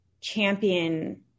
champion